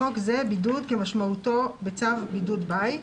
בחוק זה, בידוד, כמשמעותי בצו בידוד בית.